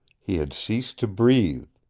he had ceased to breathe.